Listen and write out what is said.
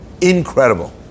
incredible